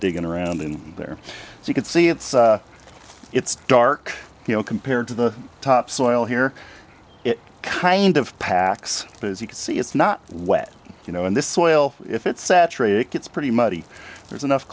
digging around in there you can see it's it's dark you know compared to the top soil here it kind of packs but as you can see it's not wet you know and this soil if it saturate it gets pretty muddy there's enough